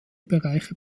bereiche